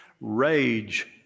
Rage